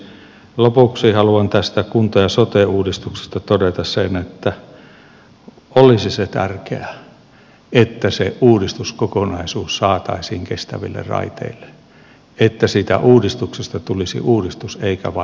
lopuksi haluan tästä kunta ja sote uudistuksesta todeta sen että olisi se tärkeää että se uudistuskokonaisuus saataisiin kestäville raiteille että siitä uudistuksesta tulisi uudistus eikä vain muutos